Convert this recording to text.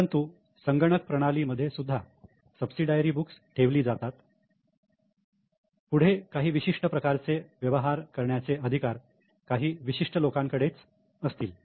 परंतु संगणक प्रणाली मध्ये सुद्धा सबसिडायरी बुक्स ठेवली जातात पुणे काही विशिष्ट प्रकारचे व्यवहार करण्याचे अधिकार काही विशिष्ट लोकां कडेच असतील